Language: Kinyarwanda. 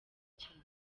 cyane